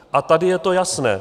A tady je to jasné.